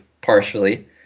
partially